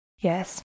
Yes